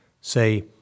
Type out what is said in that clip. say